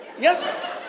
Yes